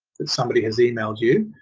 that somebody has emailed you.